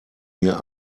mir